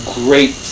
great